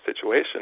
situation